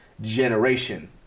generation